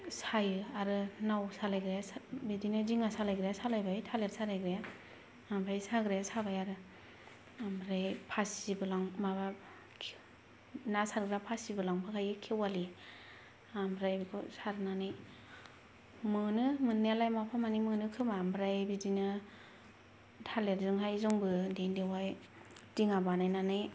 सायो आरो नाव सालायग्राया बिदिनो दिङा सालायग्राया सालायबाय थालिर सालायग्राया ओमफ्राय साग्राया साबाय आरो ओमफ्राय फासिबोलां माबा ना सारग्रा फासिबो लांफाखायो खेवालि ओमफ्राय बेखौ सारनानै मोनो मोननायालाय माफा मानै मोनोखोमा ओमफ्राय बिदिनो थालिरजोंहाय जंबो देन्दोंहाय दिङा बानायनानै